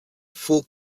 full